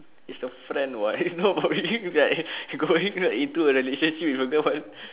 it's a friend [what] is no believing into it and going into a relationship with a girlfriend